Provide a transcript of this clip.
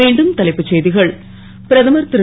மீண்டும் தலைப்புச் செ கள் பிரதமர் ரு